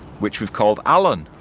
which we've called alan.